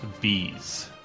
Bees